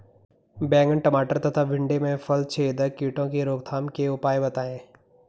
बैंगन टमाटर तथा भिन्डी में फलछेदक कीटों की रोकथाम के उपाय बताइए?